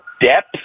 depth